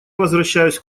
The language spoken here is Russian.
возвращаюсь